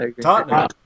Tottenham